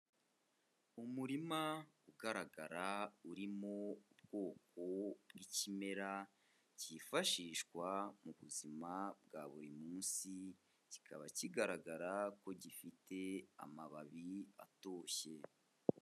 Umurima ugaragara urimo ubwoko bw'ikimera cyifashishwa mu buzima bwa buri munsi, kikaba kigaragara ko gifite amababi atoshye.